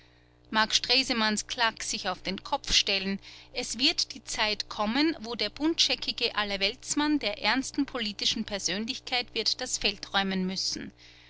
mag stresemanns claque sich auf den kopf stellen es wird die zeit kommen wo der buntscheckige allerweltsmann der ernsten politischen persönlichkeit wird das feld räumen müssen